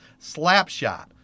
Slapshot